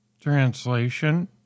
Translation